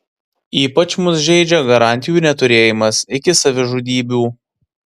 ypač mus žeidžia garantijų neturėjimas iki savižudybių